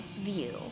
view